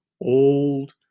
old